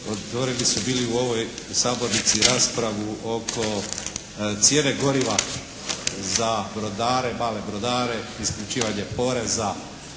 otvorili su bili u ovoj sabornici raspravu oko cijene goriva za brodare, male brodare, isključivanje poreza